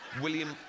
William